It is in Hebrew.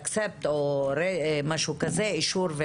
אישור,